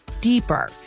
deeper